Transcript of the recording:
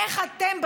איך אתם,